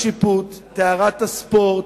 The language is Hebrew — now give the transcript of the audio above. השיפוט, טהרת הספורט,